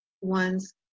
one's